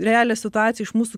realią situaciją iš mūsų